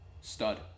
stud